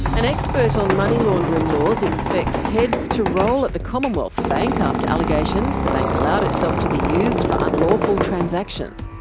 an expert on monetary laundering laws expects heads to roll at the commonwealth bank after allegations the bank allowed itself to be used for unlawful transactions.